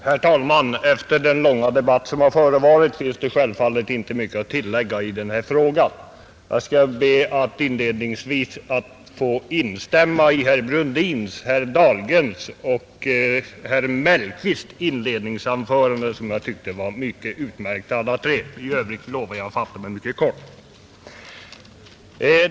Herr talman! Efter den långa debatt som förevarit finns det självfallet inte mycket att tillägga i denna fråga. Jag skall inledningsvis be att få instämma i herr Brundins, herr Dahlgrens och herr Mellqvists inledningsanföranden, som jag tyckte var utmärkta alla tre. I övrigt lovar jag att fatta mig mycket kort.